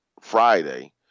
Friday